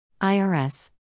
IRS